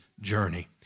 journey